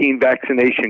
vaccination